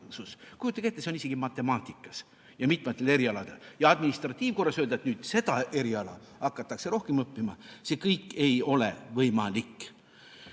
Kujutage ette, nii on isegi matemaatikas ja veel mitmetel erialadel. Administratiivkorras öelda, et nüüd seda eriala hakatakse rohkem õppima – see ei ole võimalik.